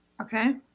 Okay